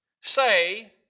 say